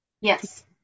Yes